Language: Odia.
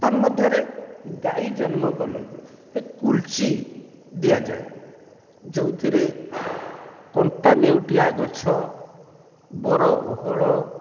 ତନ୍ ମଧ୍ୟରେ ଗାଈ ଜନ୍ମ କଲେ ଗୋଟେ କୁଲ୍ଚି ଦିଆଯାଏ ଯୋଉଥିରେ କଣ୍ଟା ନେଉଟିଆ ଗଛ ବର ଓହଳ